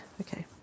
Okay